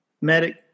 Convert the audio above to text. medic